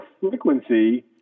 frequency